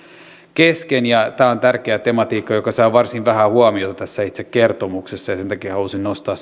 kesken tämä on tärkeä tematiikka joka saa varsin vähän huomiota tässä itse kertomuksessa ja sen takia halusin nostaa